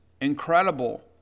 incredible